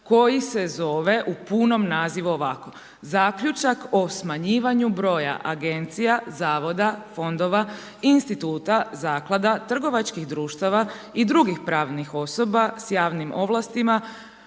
koji se zove u punom nazivu ovako: Zaključak o smanjivanju broja agencija, zavoda, fondova, instituta, zaklada, trgovačkih društava i drugih pravnih osoba s javnim ovlastima,